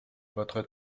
votre